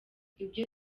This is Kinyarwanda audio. ibyo